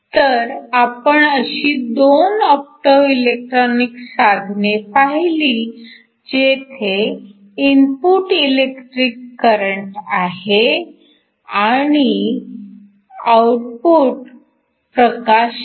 तर आपण अशी दोन ऑप्टोइलेक्ट्रॉनिक साधने पाहिली जेथे इनपुट इलेक्ट्रिक करंट आहे आणि आउटपुट प्रकाश आहे